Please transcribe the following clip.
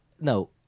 no